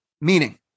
Meaning